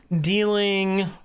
dealing